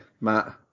Matt